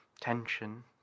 tension